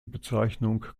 bezeichnung